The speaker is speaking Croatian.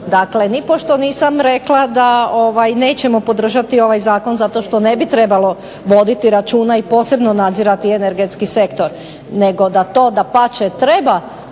Dakle, nipošto nisam rekla da nećemo podržati ovaj zakon zato što ne bi trebalo voditi računa i posebno nadzirati energetski sektor, nego da to dapače treba